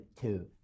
two